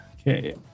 Okay